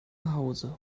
hause